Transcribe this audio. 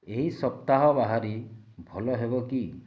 ଏହି ସପ୍ତାହ ବାହାରି ଭଲ ହେବ କି